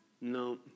no